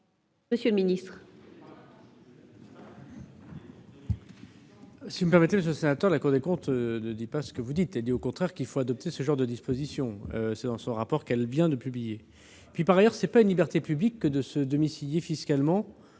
Monsieur le ministre,